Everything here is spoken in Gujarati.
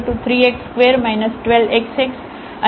તેથી આ fx3x2 12xx અને પછી fxx